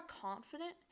confident